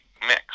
mix